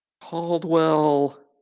Caldwell